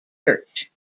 church